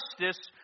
justice